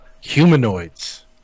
Humanoids